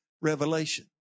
revelation